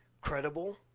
credible